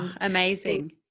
Amazing